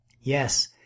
Yes